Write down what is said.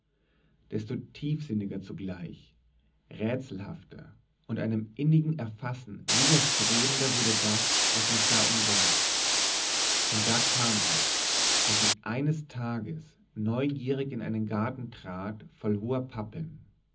desto tiefsinniger zugleich rätselhafter und einem innigen erfassen widerstrebender wurde das was mich da umgab und da kam es daß ich eines tages neugierig in einen garten trat voll hoher pappeln